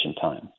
time